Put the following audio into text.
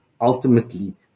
Ultimately